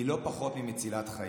הסברה טובה היא לא פחות ממצילת חיים.